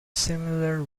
similar